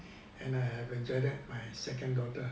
and I have janet my second daughter